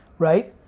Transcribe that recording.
right?